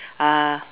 uh